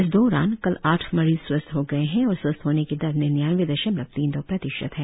इस दौरान कल आठ मरीज स्वस्थ हो गए है और स्वस्थ होने की दर निन्यानबे दशमलव तीन दो प्रतिशत है